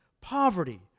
poverty